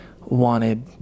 wanted